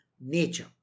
nature